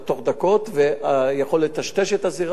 וזה יכול לטשטש את הזירה או כל דבר אחר.